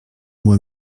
moi